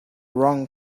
wrong